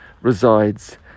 resides